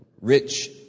rich